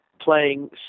playing